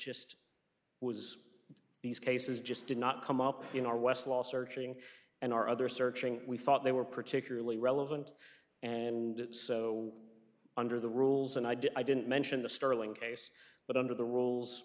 just was these cases just did not come up in our westlaw searching and our other searching we thought they were particularly relevant and so under the rules and i did i didn't mention the sterling case but under the rules